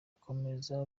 akomeza